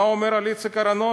מה הוא אומר על איציק אהרונוביץ: